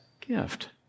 gift